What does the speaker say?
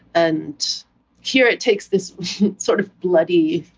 and here it takes this sort of bloody,